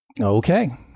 okay